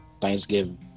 thanksgiving